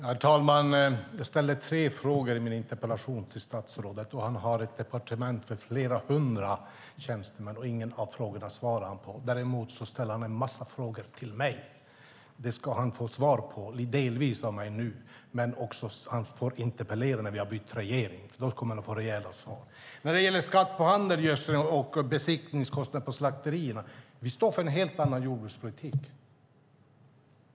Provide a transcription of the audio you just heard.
Herr talman! Jag ställde tre frågor i min interpellation till statsrådet, men trots att han har ett departement med flera hundra tjänstemän svarar han inte på någon av frågorna. Däremot ställer han en massa frågor till mig. Dessa ska han delvis få svar på av mig nu. Han får också interpellera när vi har bytt regering, för då kommer han att få rejäla svar. När det gäller skatten på handelsgödsel och besiktningskostnaderna på slakterierna står vi för en helt annan jordbrukspolitik.